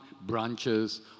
branches